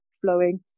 flowing